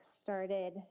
started